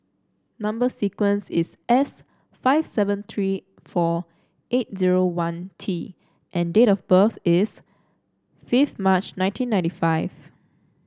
number sequence is S five seven three four eight zero one T and date of birth is five March nineteen ninety five